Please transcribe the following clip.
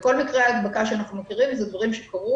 כל מקרי ההדבקה שאנחנו מכירים אלה דברים שקרו